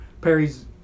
Perry's